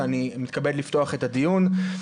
ואני מתכבד לפתוח את הדיון.